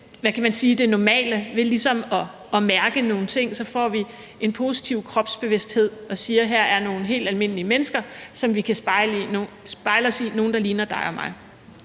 hvad kan man sige, det normale, at man ligesom mærker nogle ting, så vi får en positiv kropsbevidsthed og siger: Her er nogle helt almindelige mennesker, som vi kan spejle os i – nogle, der ligner dig og mig?